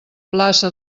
plaça